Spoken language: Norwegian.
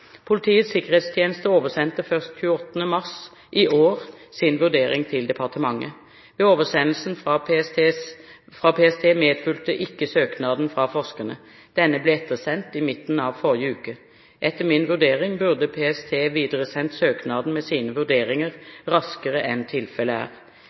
Politiets sikkerhetstjeneste oversendte først 28. mars i år sin vurdering til departementet. Ved oversendelsen fra PST medfulgte ikke søknaden fra forskerne. Denne ble ettersendt i midten av forrige uke. Etter min vurdering burde PST videresendt søknaden med sine vurderinger raskere enn tilfellet er.